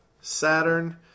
Saturn